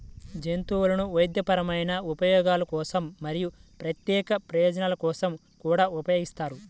జంతువులను వైద్యపరమైన ఉపయోగాల కోసం మరియు ప్రత్యేక ప్రయోజనాల కోసం కూడా ఉపయోగిస్తారు